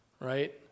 right